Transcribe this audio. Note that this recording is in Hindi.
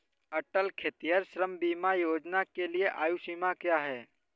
अटल खेतिहर श्रम बीमा योजना के लिए आयु सीमा क्या है?